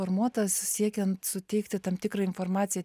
formuotas siekiant suteikti tam tikrą informaciją